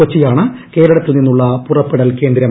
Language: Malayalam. കൊച്ചിയാണ് കേരളത്തിൽ നിന്നുമുള്ള പുറപ്പെടൽ കേന്ദ്രം